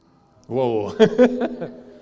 Whoa